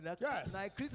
Yes